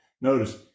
Notice